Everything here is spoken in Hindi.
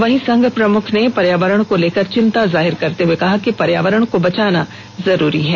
वहीं संघ प्रमुख ने पर्यावरण को लेकर चिंता जाहिर करते हुए कहा कि पर्यावरण को बचाना जरूरी है